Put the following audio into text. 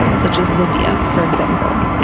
such as libya for example.